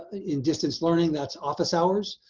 in distance learning that's office hours.